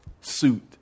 suit